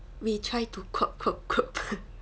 we try to crop crop crop